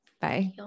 Bye